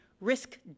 risk